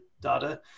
data